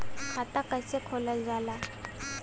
खाता कैसे खोलल जाला?